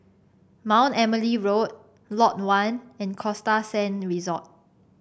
Mount Emily Road Lot One and Costa Sands Resort